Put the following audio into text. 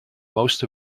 most